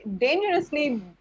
dangerously